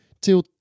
till